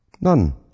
None